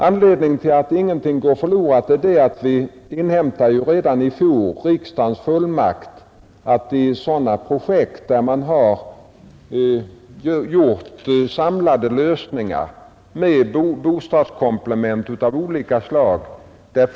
Anledningen till att ingenting går förlorat när vi skjuter på frågans behandling är att regeringen redan i fjol inhämtade riksdagens fullmakt att försöksvis tillämpa lånebestämmelserna när det gäller sådana projekt där det finns samlade lösningar med bostadskomplement av olika slag.